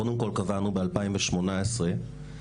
קודם כל קבענו ב-2018 שמוסד,